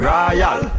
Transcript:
Royal